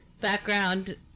Background